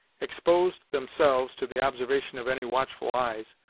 exposed themselves to the observation of any watchful eyes,